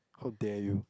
how dare you